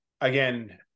again